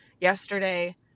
yesterday